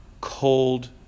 cold